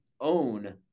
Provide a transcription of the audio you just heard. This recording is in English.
own